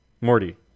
Morty